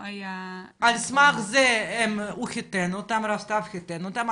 על סמך זה הוא רב סתיו חיתן אותם,